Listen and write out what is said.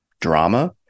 drama